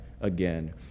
again